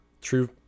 true